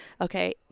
okay